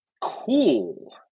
Cool